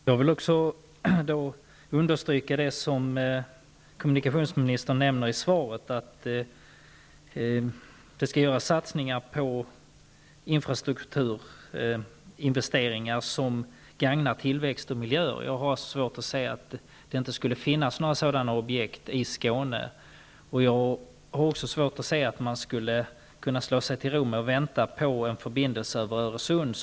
Herr talman! Jag vill ta fasta på det kommunikationsministern nämner i svaret att det skall göras satsningar på infrastrukturinvesteringar som gagnar tillväxt och miljö. Jag har svårt att se att det inte skulle finnas några sådana projekt i Skåne. Jag har också svårt att se att man skulle kunna slå sig till ro i väntan på en förbindelse över Öresund.